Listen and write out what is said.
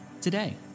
today